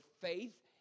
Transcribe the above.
faith